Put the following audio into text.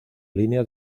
línea